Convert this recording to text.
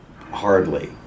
hardly